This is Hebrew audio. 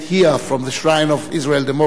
from the Shrine of Israel's democracy,